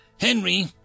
Henry